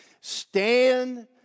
stand